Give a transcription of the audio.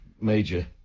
Major